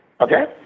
okay